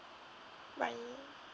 bye